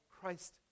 Christ